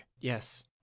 yes